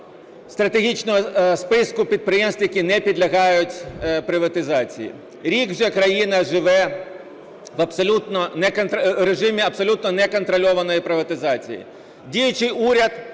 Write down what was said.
стратегічного списку підприємств, які не підлягають приватизації. Рік вже країна живе в режимі абсолютно неконтрольованої приватизації. Діючий уряд